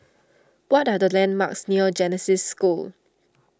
what are the landmarks near Genesis School